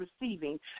receiving